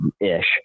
ish